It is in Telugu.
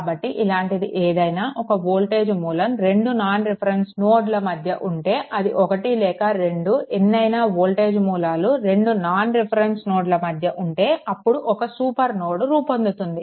కాబట్టి ఇలాంటిది ఏదైనా ఒక వోల్టేజ్ మూలం రెండు నాన్ రిఫరెన్స్ నోడ్ల మధ్య ఉంటే అది ఒకటి లేక రెండు ఎన్నయినా వోల్టేజ్ మూలాలు రెండు నాన్ రిఫరెన్స్ నోడ్ల మధ్య ఉంటే అప్పుడు ఒక సూపర్ నోడ్ రూపొందుతుంది